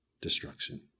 destruction